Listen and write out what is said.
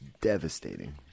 devastating